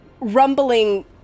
rumbling